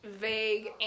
vague